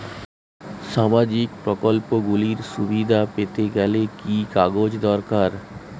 সামাজীক প্রকল্পগুলি সুবিধা পেতে গেলে কি কি কাগজ দরকার?